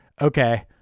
Okay